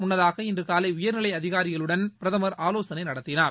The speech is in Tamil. முன்னதாக இன்று காலை உயர்நிலை அதிகாரிகளுடன் பிரதமர் ஆலோசனை நடத்தினார்